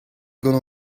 gant